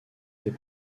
des